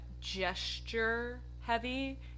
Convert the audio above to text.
gesture-heavy